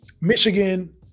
Michigan